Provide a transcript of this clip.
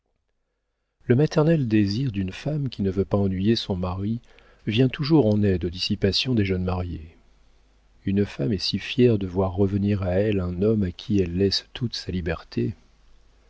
le maternel désir d'une femme qui ne veut pas ennuyer son mari vient toujours en aide aux dissipations des jeunes mariés une femme est si fière de voir revenir à elle un homme à qui elle laisse toute sa liberté